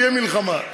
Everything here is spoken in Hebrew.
תהיה מלחמה.